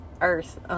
earth